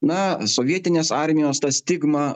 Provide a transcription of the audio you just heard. na sovietinės armijos ta stigma